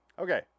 Okay